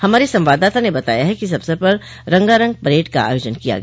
हमारे संवाददाता ने बताया है कि इस अवसर पर रंगारंग परेड़ का आयोजन किया गया